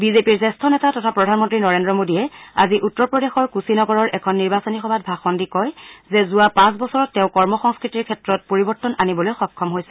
বিজেপিৰ জ্যেষ্ঠ নেতা তথা প্ৰধানমন্ত্ৰী নৰেদ্ৰ মোদীয়ে আজি উত্তৰ প্ৰদেশৰ কুশি নগৰৰ এখন নিৰ্বাচনী সভাত ভাষণ দি কয় যে যোৱা পাঁচ বছৰত তেওঁ কৰ্ম সংস্কৃতিৰ ক্ষেত্ৰত পৰিৱৰ্তন আনিবলৈ সক্ষম হৈছে